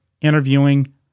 interviewing